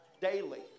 daily